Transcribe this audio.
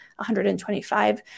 125